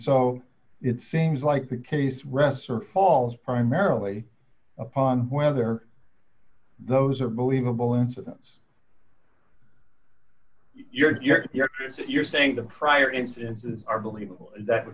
so it seems like the case rests or falls primarily upon whether those are believe a bull incidents you're you're saying the prior instances are believable that wh